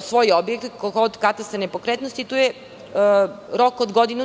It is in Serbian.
svoj objekat kod katastra nepokretnosti i tu je rok od godinu